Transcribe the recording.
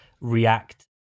react